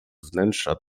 wnętrza